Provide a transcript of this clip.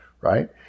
Right